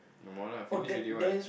no more lah finish already what